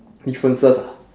differences ah